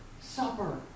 supper